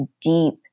deep